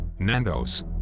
Nandos